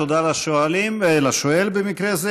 תודה לשואלים, לשואל במקרה זה.